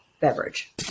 Beverage